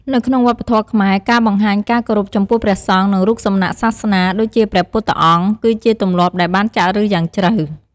នៅក្នុងវប្បធម៌ខ្មែរ ការបង្ហាញការគោរពចំពោះព្រះសង្ឃ និងរូបសំណាកសាសនា ដូចជាព្រះពុទ្ធអង្គ គឺជាទម្លាប់ដែលបានចាក់ឫសយ៉ាងជ្រៅ។